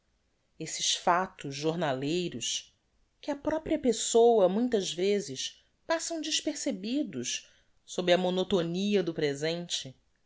estes factos jornaleiros que á propria pessoa muitas vezes passam despercebidos sob a monotonia do presente